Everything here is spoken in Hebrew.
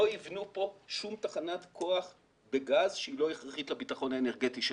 לא יבנו כאן שום תחנת כוח בגז שהיא לא הכרחית לביטחון האנרגטי שלנו.